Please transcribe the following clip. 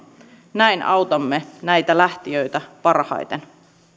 näin autamme näitä lähtijöitä parhaiten